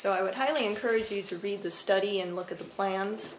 so i would highly encourage you to read this study and look at the plans